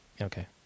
okay